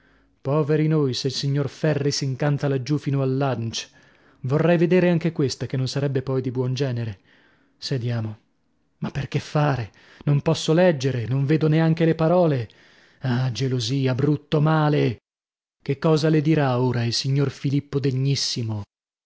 poveri noi se il signor ferri s'incanta laggiù fino al lunch vorrei vedere anche questa che non sarebbe poi di buon genere sediamo ma per che fare non posso leggere non vedo neanche le parole ah gelosia brutto male che cosa le dirà ora il signor filippo degnissimo